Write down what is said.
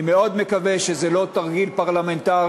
אני מאוד מקווה שזה לא תרגיל פרלמנטרי,